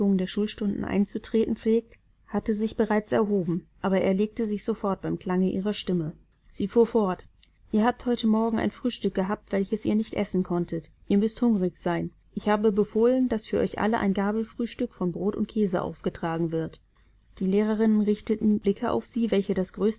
der schulstunden einzutreten pflegt hatte sich bereits erhoben aber er legte sich sofort beim klange ihrer stimme sie fuhr fort ihr habt heute morgen ein frühstück gehabt welches ihr nicht essen konntet ihr müßt hungrig sein ich habe befohlen daß für euch alle ein gabelfrühstück von brot und käse aufgetragen wird die lehrerinnen richteten blicke auf sie welche das